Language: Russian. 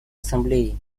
ассамблеей